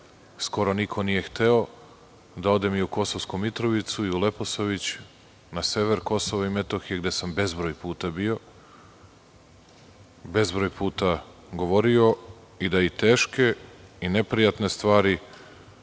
skoro niko nije hteo, da odem i u Kosovsku Mitrovicu i u Leposavić, na sever KiM gde sam bezbroj puta bio, bezbroj puta govorio, da kažem i teške i neprijatne stvari